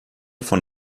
von